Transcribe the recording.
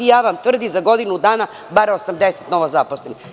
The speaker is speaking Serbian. Tvrdim vam – za godinu dana bar 80 novozaposlenih.